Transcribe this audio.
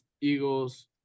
Eagles